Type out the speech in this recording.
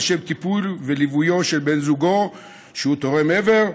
לשם טיפול וליווי של בן זוגו שהוא תורם איבר,